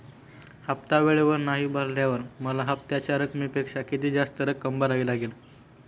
हफ्ता वेळेवर नाही भरल्यावर मला हप्त्याच्या रकमेपेक्षा किती जास्त रक्कम भरावी लागेल?